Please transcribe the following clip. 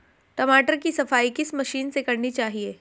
टमाटर की सफाई किस मशीन से करनी चाहिए?